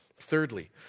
Thirdly